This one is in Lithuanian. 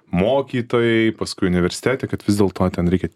mokytojai paskui universitete kad vis dėl to ten reikia